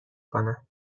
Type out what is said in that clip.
کنم